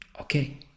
Okay